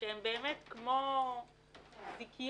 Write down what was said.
שהן באמת כמו זיקיות,